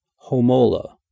Homola